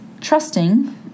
trusting